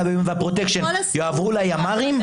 באיומים והפרוטקשן יועברו לימ"רים,